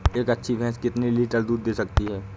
एक अच्छी भैंस कितनी लीटर दूध दे सकती है?